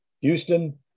Houston